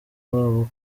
babo